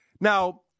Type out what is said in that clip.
Now